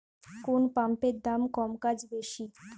কোন পাম্পের দাম কম কাজ বেশি?